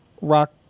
rock